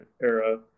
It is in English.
era